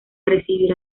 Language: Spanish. recibir